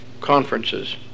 conferences